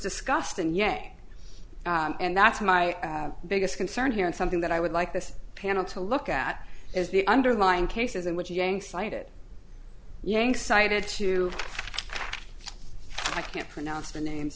discussed and yeah and that's my biggest concern here and something that i would like this panel to look at is the underlying cases in which young cited yang cited two i can't pronounce the name